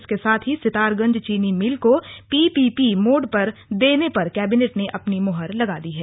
इसके साथ ही सितारगंज चीनी मिल को पीपीपी मोड पर देने पर कैबिनेट ने अपनी मुहर लगा दी है